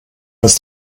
ist